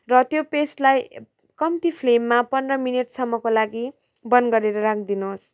र त्यो पेस्टलाई कम्ति फ्लेममा पन्ध्र मिनेटसम्मको लागि बन्द गरेर राखिदिनुहोस्